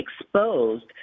exposed